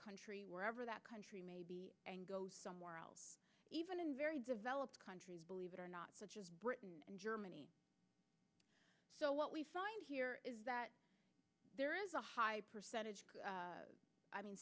country wherever that country may be and go somewhere else even in very developed countries believe it or not such as britain and germany so what we find here is that there is a high percentage i mean